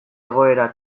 egoera